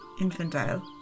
infantile